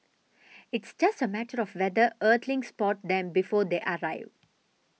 it's just a matter of whether earthlings spot them before they arrive